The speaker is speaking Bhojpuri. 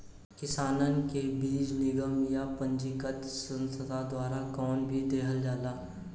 किसानन के बीज निगम या पंजीकृत संस्था द्वारा कवन बीज देहल जाला?